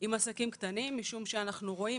עם עסקים קטנים משום שאנחנו רואים,